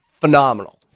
phenomenal